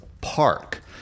park